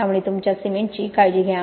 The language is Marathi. त्यामुळे तुमच्या सिमेंटची काळजी घ्या